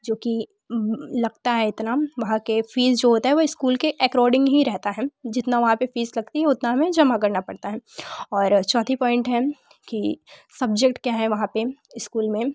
जो कि लगता है इतना वहाँ के फीस जो होते हैं वह स्कूल के एक्रोडिंग ही रहता है जितना वहाँ पर फीस लगती है उतना हमें जमा करना पड़ता है और चौथी पॉइंट है कि सब्जेक्ट क्या है वहाँ पर इस्कूल में